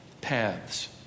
paths